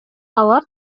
алар